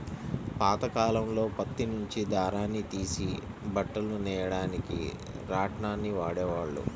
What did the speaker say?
పాతకాలంలో పత్తి నుంచి దారాన్ని తీసి బట్టలు నెయ్యడానికి రాట్నాన్ని వాడేవాళ్ళు